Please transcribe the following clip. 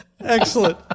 Excellent